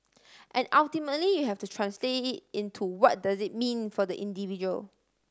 and ultimately you have to translate it into what does it mean for the individual